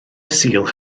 sul